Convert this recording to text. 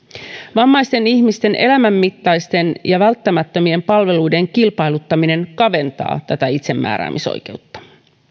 vammaisten ihmisten elämänmittaisten ja välttämättömien palveluiden kilpailuttaminen kaventaa tätä itsemääräämisoikeutta